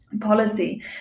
policy